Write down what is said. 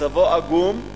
מצבו עגום.